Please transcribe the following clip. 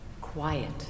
quiet